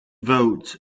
votes